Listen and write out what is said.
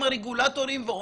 לרגולטורים: